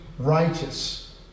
Righteous